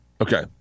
Okay